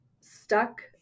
stuck